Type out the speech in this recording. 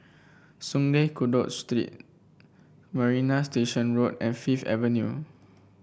Sungei Kadut Street Marina Station Road and Fifth Avenue